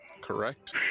Correct